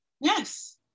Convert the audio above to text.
Yes